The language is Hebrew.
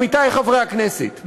עמיתי חברי הכנסת,